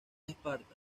esparta